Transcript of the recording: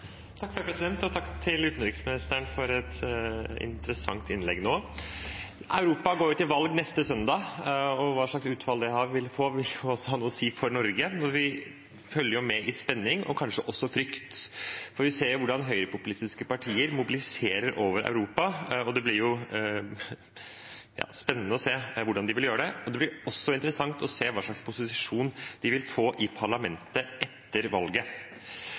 Takk til utenriksministeren for et interessant innlegg nå. Europa går til valg neste søndag, og hva slags utfall det vil få, vil også ha noe å si for Norge. Vi følger med i spenning og kanskje også i frykt, for vi ser hvordan høyrepopulistiske partier mobiliserer over hele Europa. Det blir spennende å se hvordan de vil gjøre det, og det blir også interessant å se hva slags posisjon de vil få i parlamentet etter valget.